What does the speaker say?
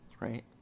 right